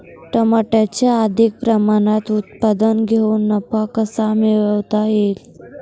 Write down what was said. टमाट्याचे अधिक प्रमाणात उत्पादन घेऊन नफा कसा मिळवता येईल?